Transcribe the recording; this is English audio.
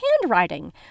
handwriting